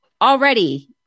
already